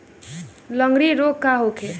लगंड़ी रोग का होखे?